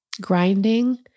grinding